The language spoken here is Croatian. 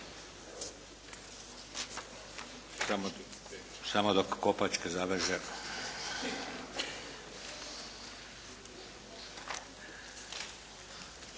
Hvala vam